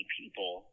people